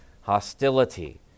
hostility